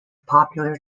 popular